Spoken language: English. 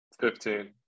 Fifteen